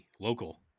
Local